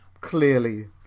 clearly